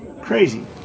Crazy